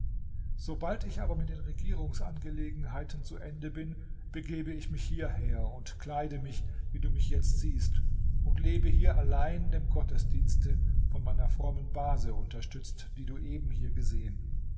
sobald ich aber mit den regierungsangelegenheiten zu ende bin begebe ich mich hierher und kleide mich wie du mich jetzt siehst und lebe hier allein dem gottesdienste von meiner frommen base unterstützt die du eben hier gesehen